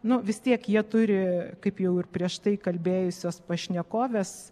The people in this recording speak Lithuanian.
nu vis tiek jie turi kaip jau ir prieš tai kalbėjusios pašnekovės